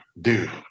dude